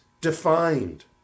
defined